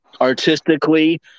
artistically